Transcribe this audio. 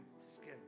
skin